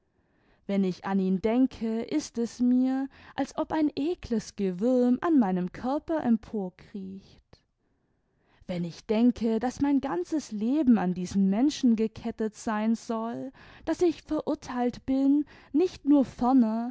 wenn ich an ihn denke ist es mir als ob ein ekles gewürm an meinem körper emporkriecht wenn ich denke daß mein ganzes leben an diesen menschen gekettet sein soll daß ich verurteilt bin nicht nur